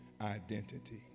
identity